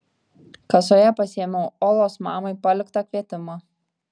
kasoje pasiėmiau olos mamai paliktą kvietimą